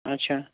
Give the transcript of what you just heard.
اچھا